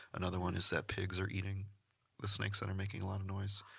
another one is that pigs are eating the snakes that are making a lot of noise.